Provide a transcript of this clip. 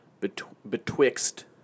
betwixt